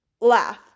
laugh